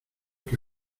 que